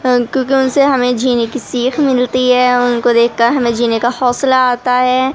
کیوں کہ اُن سے ہمیں جینے کی سیکھ ملتی ہے اُن کو دیکھ کر ہمیں جینے کا حوصلہ آتا ہے